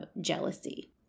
jealousy